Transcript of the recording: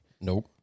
Nope